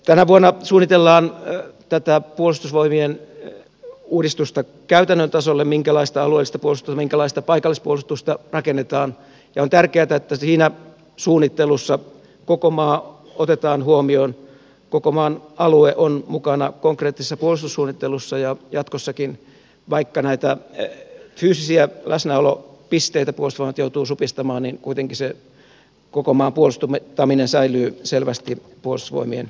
tänä vuonna suunnitellaan tätä puolustusvoimien uudistusta käytännön tasolle minkälaista alueellista puolustusta minkälaista paikallispuolustusta rakennetaan ja on tärkeätä että siinä suunnittelussa koko maa otetaan huomioon koko maan alue on mukana konkreettisessa puolustussuunnittelussa ja jatkossakin vaikka näitä fyysisiä läsnäolopisteitä puolustusvoimat joutuu supistamaan kuitenkin se koko maan puolustaminen säilyy selvästi puolustusvoimien ykköstehtävänä